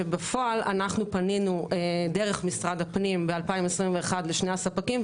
שבפועל אנחנו פנינו דרך משרד הפנים ב-2021 לשני הספקים,